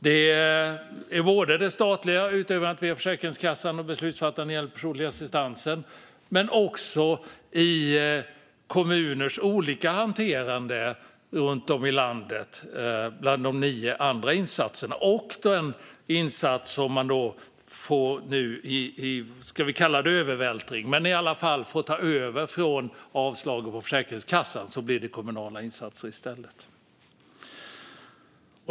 Det gäller det statliga utövandet via Försäkringskassan och beslutsfattandet när det gäller den personliga assistansen men också kommuners olika hanterande runt om i landet av de nio andra insatserna. Kommunerna får också övervältring, om vi nu ska kalla det så - man får ta över efter avslag hos Försäkringskassan, så att det blir kommunala insatser i stället.